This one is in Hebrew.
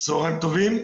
צוהריים טובים.